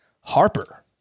Harper